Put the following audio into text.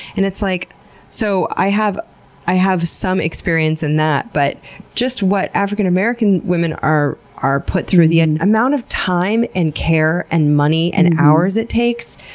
and like so, i have i have some experience in that. but just what african american women are are put through, the and amount of time and care and money and hours it takes.